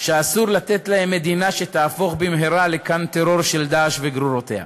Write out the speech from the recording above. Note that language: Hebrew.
שאסור לתת להם מדינה שתהפוך במהרה לקן טרור של "דאעש" וגרורותיו.